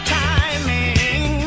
timing